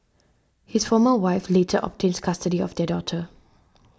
his former wife later obtained custody of their daughter